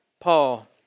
Paul